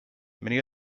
many